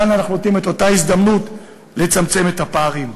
כאן אנחנו נותנים את אותה הזדמנות לצמצם את הפערים.